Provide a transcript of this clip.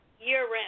year-round